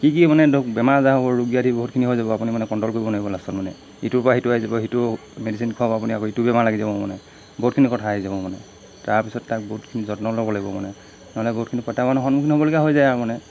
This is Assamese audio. কি কি মানে ধৰক বেমাৰ আজাৰ হ'ব ৰোগ ব্যাধি বহুতখিনি হৈ যাব আপুনি মানে কণ্ট্ৰ'ল কৰিব নোৱাৰিব লাষ্টত মানে ইটোৰপৰা সিটো আহি যাব সেইটো মেডিচিন খুৱাব আপুনি আকৌ ইটো বেমাৰ লাগি যাব মানে বহুতখিনি কথা আহি যাব মানে তাৰপিছত তাক বহুতখিনি যত্ন ল'ব লাগিব মানে নহ'লে বহুতখিনি প্ৰত্যাহ্বানৰ সন্মুখীন হ'বলগীয়া হৈ যায় আৰু মানে